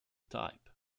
type